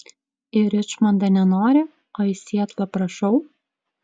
į ričmondą nenori o į sietlą prašau